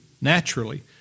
naturally